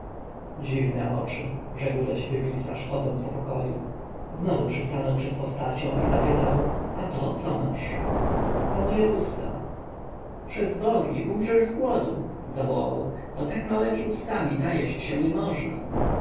dziwne oczy rzekł do siebie pisarz chodząc po pokoju znowu przystanął przed postacią i zapytał a to co masz to moje usta przez bogi umrzesz z głodu zawołał bo tak małemi ustami najeść się nie można